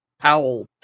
Powell